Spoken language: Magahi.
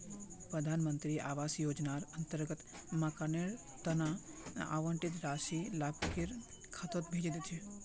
प्रधान मंत्री आवास योजनार अंतर्गत मकानेर तना आवंटित राशि सीधा लाभुकेर खातात भेजे दी छेक